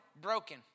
broken